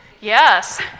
Yes